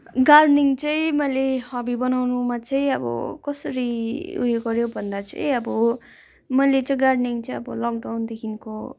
gardening चाहिँ मेलै hobby बनाउनुमा चाहिँ अब कसरी उयो गरेँ भन्दा चाहिँ अब मैले चाहिँ गार्डनिङ चाहिँ अब लक डाउनदेखिको